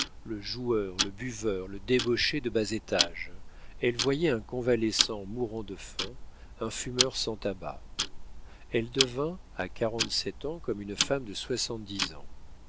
le joueur le buveur le débauché de bas étage elle voyait un convalescent mourant de faim un fumeur sans tabac elle devint à quarante-sept ans comme une femme de soixante-dix ans